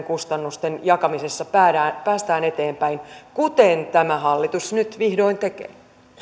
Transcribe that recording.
kustannusten jakamisessa päästään päästään eteenpäin kuten tämä hallitus nyt vihdoin tekee